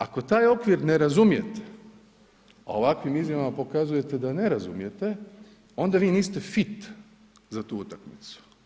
Ako taj okvir ne razumijete, a ovakvim izjavama pokazujete da ne razumijete onda vi niste fit za tu utakmicu.